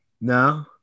No